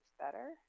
better